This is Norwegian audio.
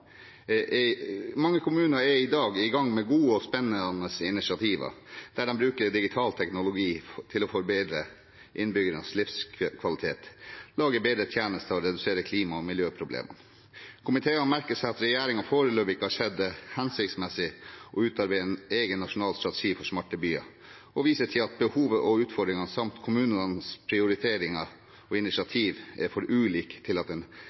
Mange kommuner er i dag i gang med gode og spennende initiativer, der de bruker digital teknologi til å forbedre innbyggernes livskvalitet, lage bedre tjenester og redusere klima- og miljøproblemer. Komiteen merker seg at regjeringen foreløpig ikke ser det som hensiktsmessig å utarbeide en egen nasjonal strategi for smarte byer, og viser til at behovet og utfordringene både samt kommunenes prioriteringer og initiativ er for ulike til at en